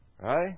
Right